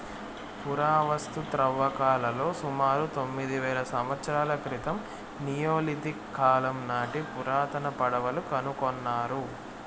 పురావస్తు త్రవ్వకాలలో సుమారు తొమ్మిది వేల సంవత్సరాల క్రితం నియోలిథిక్ కాలం నాటి పురాతన పడవలు కనుకొన్నారు